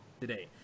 today